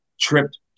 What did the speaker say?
tripped